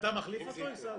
ואתה מחליף אותו, עיסאווי?